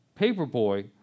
Paperboy